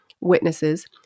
witnesses